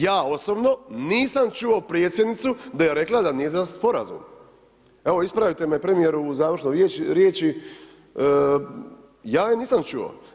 Ja osobno nisam čuo Predsjednicu da je rekla da nije za Sporazum, evo ispravite me Premijeru u završnoj riječi, ja je nisam čuo.